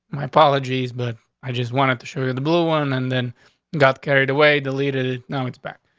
my apologies. but i just wanted to show you the blue one and then got carried away. deleted it. no, it's back.